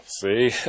see